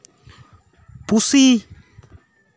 ᱯᱩᱥᱤ